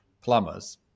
plumbers